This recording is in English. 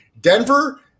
Denver